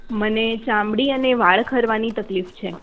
મને ચામડી અને વાળ ખરવાની તકલીફ છે